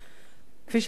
כפי שאתה רואה,